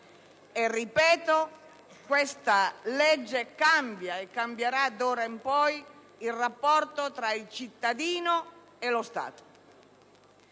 - ripeto - questa legge cambia e cambierà d'ora in poi il rapporto tra il cittadino e lo Stato.